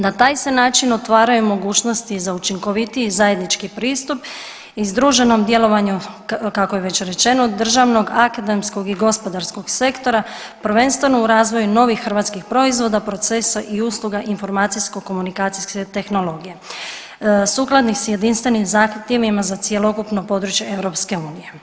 Na taj se način otvaraju mogućnosti za učinkovitiji zajednički pristup i združenom djelovanju, kako je već rečeno, državnog, akademskog i gospodarskog sektora, prvenstveno u razvoju novih hrvatskih proizvoda, procesa i usluga informacijsko-komunikacijskih tehnologija, sukladnih s jedinstvenim zahtjevima za cjelokupno područje EU.